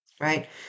right